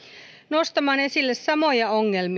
nostamaan esille samoja